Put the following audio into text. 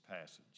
passage